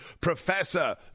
Professor